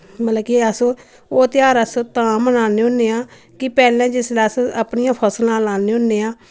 मतलब कि अस ओह् तेहार अस तां मनान्ने होन्ने आं कि पैह्लें जिसलै अस अपनियां फसलां लान्ने होन्ने आं